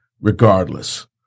regardless